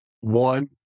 one